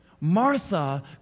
Martha